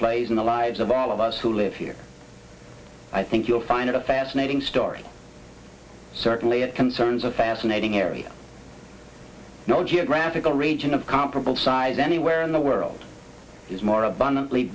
plays in the lives of all of us who live here i think you'll find it a fascinating story certainly it concerns a fascinating area no geographical region of comparable size anywhere in the world is more abundantly